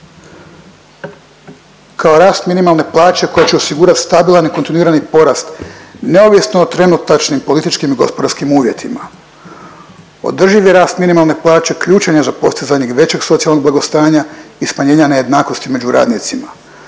kao rast minimalne plaće koja će osigurati stabilan i kontinuirani porast neovisno o trenutačnim političkim i gospodarskim uvjetima. Održivi rast minimalne plaće ključan je za postizanje i većeg socijalnog blagostanja i smanjenja nejednakosti među radnicima.